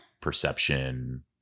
perception